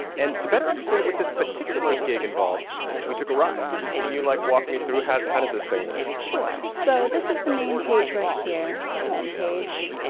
and to better understand with this particular gig involves, we took a ride can you, like, walk me through? how how does this thing work? sure. so this is the main page right here. it's the home page.